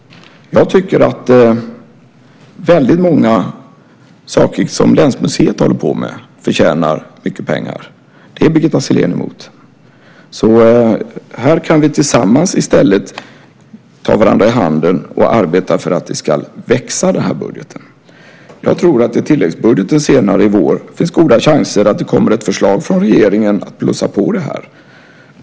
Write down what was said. Jag tycker att väldigt många saker som länsmuseet håller på med förtjänar mycket pengar. Det är Birgitta Sellén emot. Här kan vi i stället ta varandra i hand och arbeta tillsammans för att denna budget ska växa. Jag tror att det finns goda chanser att det i tilläggsbudgeten senare i vår kommer ett förslag från regeringen om att plussa på det här.